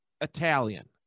Italian